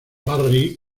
barry